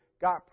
got